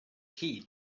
key